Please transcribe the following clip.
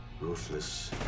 ruthless